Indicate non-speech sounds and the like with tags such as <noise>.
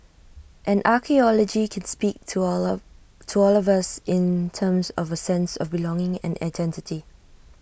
and archaeology can speak to all <unintelligible> to all of us in terms of A sense of belonging and identity